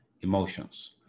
emotions